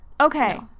Okay